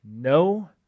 no